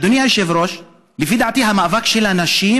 אדוני היושב-ראש, לפי דעתי המאבק של הנשים,